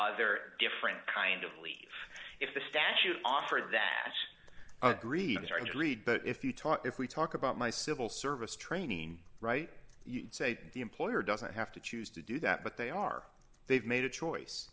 other different kind of leave if the statute offered that agreed and read but if you talk if we talk about my civil service training right you say the employer doesn't have to choose to do that but they are they've made a choice